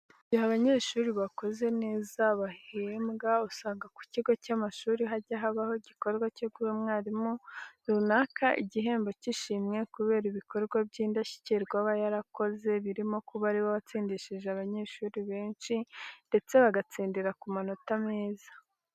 Mu gihe abanyeshuri bakoze neza bahembwa usanga mu kigo cy'amashuri hajya habaho igikorwa cyo guha umwarimu runaka igihembo cy'ishimwe kubera ibikorwa byindashyikirwa aba yarakoze birimo kuba ari we watsindishije abanyeshuri benshi ndetse bagatsindira ku manota meza.